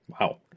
Wow